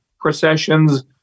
processions